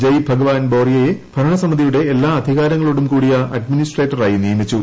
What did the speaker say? ജയ് ഭഗവാൻ ബോറിയെ ഭരണസമിതിയുടെ എല്ലാ അധികാരങ്ങളോടും കൂടിയ അഡ്മിനിസ്ട്രേറ്ററായി നിയമിച്ചു